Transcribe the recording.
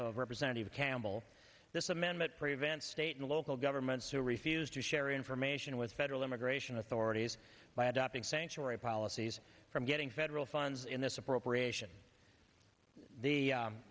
of representative campbell this amendment prevents state and local governments who refuse to share information with federal immigration authorities by adopting sanctuary policies from getting federal funds in this appropriation the